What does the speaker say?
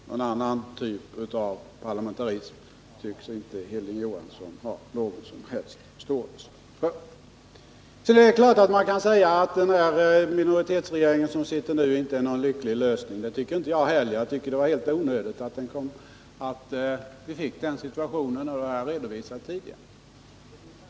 Någon annan typ av parlamentarism tycks inte Hilding Johansson ha någon som helst förståelse för. Man kan givetvis säga att den minoritetsregering som nu sitter inte är någon lycklig lösning. Det tycker inte heller jag. Det var helt onödigt att vi hamnade i den situationen. Det har jag redovisat tidigare.